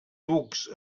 ducs